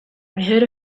heard